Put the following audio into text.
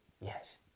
yes